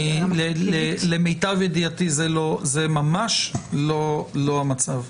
למיטב ידיעתי, זה ממש לא המצב.